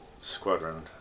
squadron